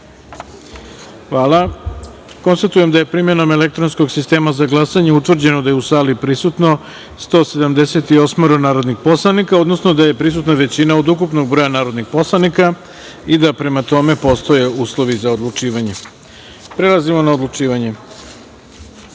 jedinice. Konstatujem da je primenom elektronskog sistema za glasanje utvrđeno da je u sali prisutno 178 narodnih poslanika, odnosno da je prisutna većina od ukupnog broja narodnih poslanika i da prema tome postoje uslovi za odlučivanje. Prelazimo na odlučivanje. Prva